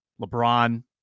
LeBron